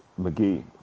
McGee